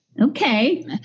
Okay